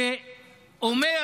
שאומר